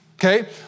Okay